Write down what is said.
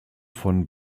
von